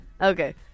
Okay